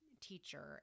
teacher